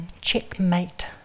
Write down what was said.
checkmate